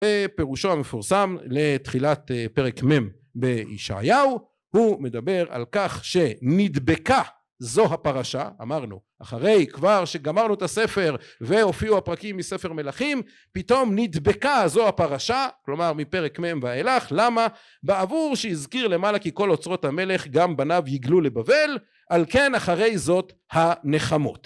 בפירושו המפורסם לתחילת פרק מ' בישעיהו הוא מדבר על כך שנדבקה זו הפרשה אמרנו אחרי כבר שגמרנו את הספר והופיעו הפרקים מספר מלכים פתאום נדבקה זו הפרשה כלומר מפרק מ' ואילך. למה? בעבור שהזכיר למעלה כי כל אוצרות המלך גם בניו ייגלו לבבל על כן אחרי זאת הנחמות